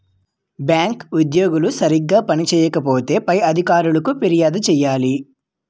bank ఉద్యోగులు సరిగా పని చేయకపోతే పై అధికారులకు ఫిర్యాదు చేయాలి